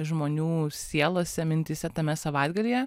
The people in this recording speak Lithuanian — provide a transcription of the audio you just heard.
žmonių sielose mintyse tame savaitgalyje